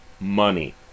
money